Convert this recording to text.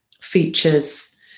features